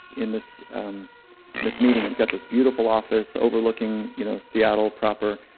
in this this meeting, he's got this beautiful office overlooking, you know, seattle proper.